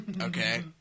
okay